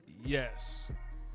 Yes